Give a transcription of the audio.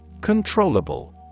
Controllable